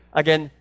again